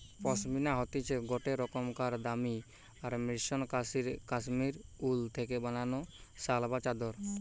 পশমিনা হতিছে গটে রোকমকার দামি আর মসৃন কাশ্মীরি উল থেকে বানানো শাল বা চাদর